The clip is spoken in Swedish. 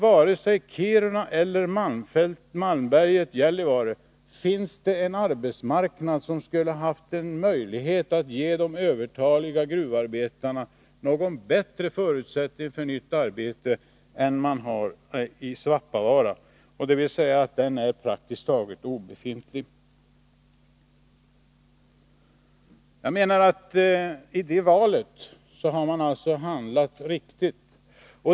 Varken i Kiruna eller i Gällivare-Malmberget finns det en arbetsmarknad som skulle kunna ge de övertaliga gruvarbetarna bättre förutsättningar för att få ett nytt arbete än det finns i Svappavaara — dvs. förutsättningarna är praktiskt taget obefintliga. Jag menar att man i det fallet har handlat riktigt.